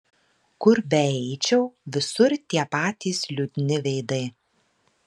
kur beeičiau visur tie patys liūdni veidai